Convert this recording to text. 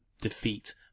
defeat